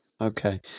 Okay